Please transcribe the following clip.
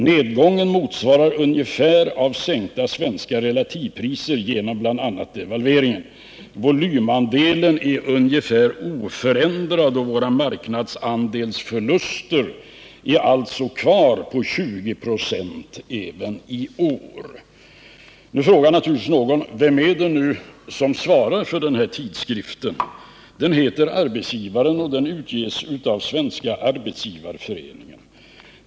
Nedgången motsvaras ungefär av sänkta svenska relativpriser genom bl.a. devalveringarna. Volymandelen är ungefär oförändrad. Våra marknadsandelsförluster ligger alltså kvar på ca 20 96 även i år.” Nu frågar naturligtvis någon vem det är som svarar för den tidskriften. Den heter Arbetsgivaren och är utgiven av Svenska arbetsgivareföreningen.